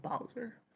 Bowser